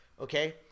Okay